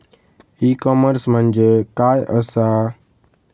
E commerce म्हणजे काय असा?